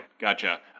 gotcha